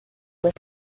with